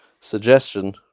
suggestion